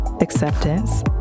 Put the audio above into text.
acceptance